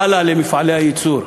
הלאה למפעלי הייצור,